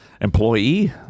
Employee